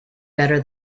better